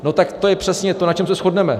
No tak to je přesně to, na čem se shodneme.